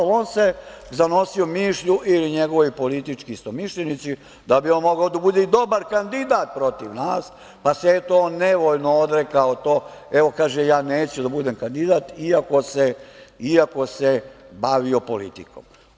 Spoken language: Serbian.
On se zanosio mišlju i njegovi politički istomišljenici da bi on mogao da bude i dobar kandidat protiv nas, pa se eto, nevoljno odrekao i kaže –evo, neću da budem kandidat iako se bavio politikom.